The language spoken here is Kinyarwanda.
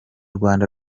rwanda